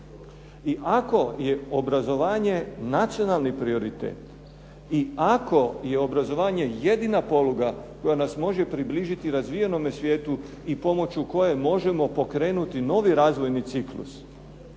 I ako je obrazovanje nacionalni prioritet i ako je obrazovanje jedina poluga koja nas približiti razvijenom svijetu i pomoću koje možemo pokrenuti novi razvojni ciklus,